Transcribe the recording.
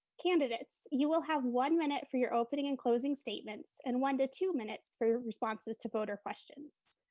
candidates, you will have one minute for your opening and closing statements and one to two minutes for responses to voter questions.